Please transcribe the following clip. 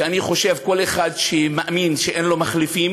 כי אני חושב שכל אחד שמאמין שאין לו מחליפים